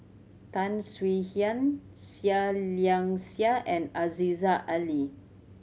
Tan Swie Hian Seah Liang Seah and Aziza Ali